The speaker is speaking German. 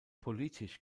politisch